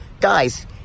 guys